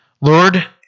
Lord